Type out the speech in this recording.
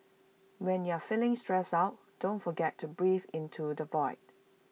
when you are feeling stressed out don't forget to breathe into the void